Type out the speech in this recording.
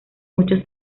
muchos